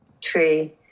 tree